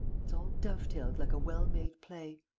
it's all dove-tailed like a well-made play.